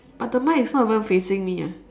but the mike is not even facing me ah